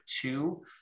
two